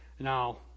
Now